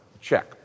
Check